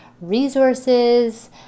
resources